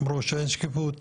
אמרו שאין שקיפות,